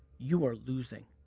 you are losing.